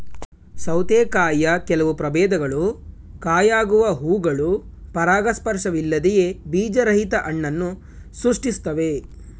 ಸೌತೆಕಾಯಿಯ ಕೆಲವು ಪ್ರಭೇದಗಳು ಕಾಯಾಗುವ ಹೂವುಗಳು ಪರಾಗಸ್ಪರ್ಶವಿಲ್ಲದೆಯೇ ಬೀಜರಹಿತ ಹಣ್ಣನ್ನು ಸೃಷ್ಟಿಸ್ತವೆ